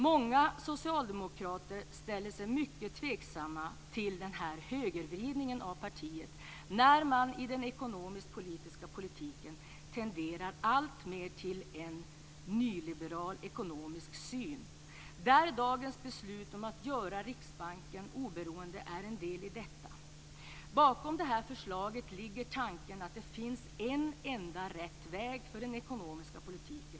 Många socialdemokrater ställer sig mycket tveksamma till den här högervridningen av partiet. I den ekonomiska politiken tenderar man till att alltmer närma sig en nyliberal ekonomisk syn. Dagens beslut om att göra Riksbanken oberoende är en del av detta. Bakom det här förslaget ligger tanken att det finns en enda rätt väg för den ekonomiska politiken.